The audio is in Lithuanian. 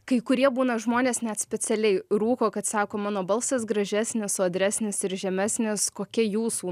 kai kurie būna žmonės net specialiai rūko kad sako mano balsas gražesnis sodresnis ir žemesnis kokia jūsų